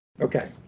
okay